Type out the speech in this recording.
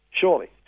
Surely